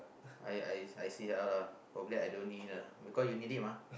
I I I see how lah hopefully I don't need it lah because you need it mah